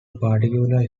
particular